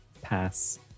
pass